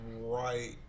right